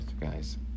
guys